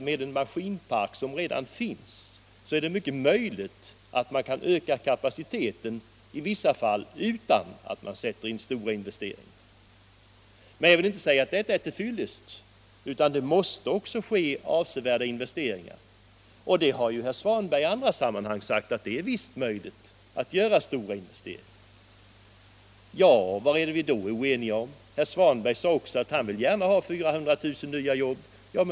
Med den maskinpark som redan finns är det naturligtvis i vissa fall möjligt att öka kapaciteten utan stora investeringar. Jag vill inte säga att det är till fyllest — det måste också göras avsevärda investeringar. Herr Svanberg har i andra sammanhang sagt att det är möjligt att göra stora investeringar. Vad är vi då oense om? Herr Svanberg sade också att han gärna vill ha 400 000 nya jobb.